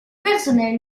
personnel